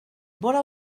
vora